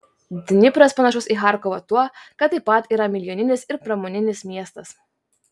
dnipras panašus į charkovą tuo kad taip pat yra milijoninis ir pramoninis miestas